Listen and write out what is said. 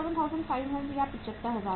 67500 या 75000 रु